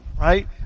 right